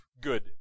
good